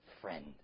friend